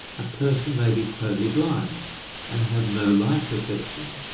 a person may be totally blind and have no light perception.